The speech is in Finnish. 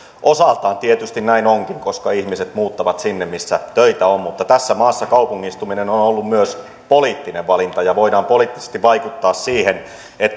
osaltaan tietysti näin onkin koska ihmiset muuttavat sinne missä töitä on mutta tässä maassa kaupungistuminen on on ollut myös poliittinen valinta ja voidaan poliittisesti vaikuttaa siihen